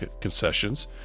concessions